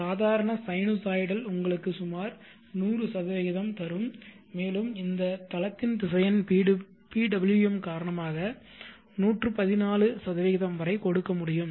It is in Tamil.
சாதாரண சைனூசாய்டல் உங்களுக்கு சுமார் 100 தரும் மேலும் இந்த தளத்தின் திசையன் PWM காரணமாக 114 வரை கொடுக்க முடியும்